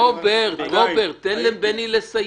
רוברט, תן לבני לסיים.